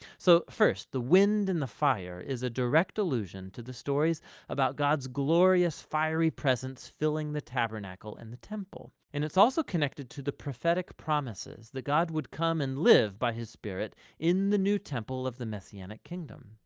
so first, the wind and the fire is a direct allusion to the stories about god's glorious fiery presence, filling the tabernacle and the temple. and it's also connected to the prophetic promises that god would come and live by his spirit in the new temple of the messianic kingdom.